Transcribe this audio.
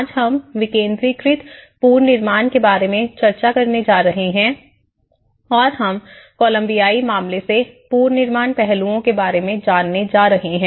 आज हम विकेंद्रीकृत पुनर्निर्माण के बारे में चर्चा करने जा रहे हैं और हम कोलम्बियाई मामले से पुनर्निर्माण पहलुओं के बारे में जानने जा रहे हैं